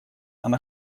она